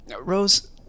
Rose